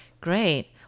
Great